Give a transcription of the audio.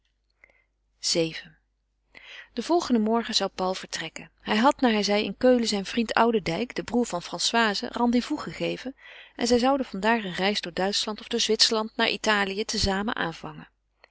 vii den volgenden morgen zou paul vertrekken hij had naar hij zeide in keulen zijn vriend oudendijk den broêr van françoise rendez-vous gegeven en zij zouden van daar een reis door duitschland of door zwitserland naar italië te zamen aanvangen